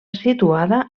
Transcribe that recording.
situada